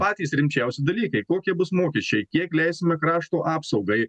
patys rimčiausi dalykai kokie bus mokesčiai kiek leisime krašto apsaugai